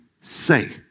say